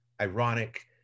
ironic